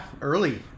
early